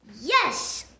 Yes